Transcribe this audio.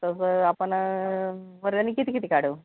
तर बरं आपण वर्गणी किती किती काढू